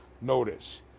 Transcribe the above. notice